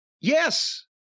Yes